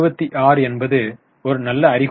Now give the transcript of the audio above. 26 என்பது ஒரு நல்ல அறிகுறியா